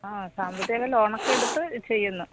ആ സാമ്പത്തികമൊക്കെ ലോണൊക്കെ എടുത്ത് ചെയ്യുന്നത്